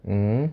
hmm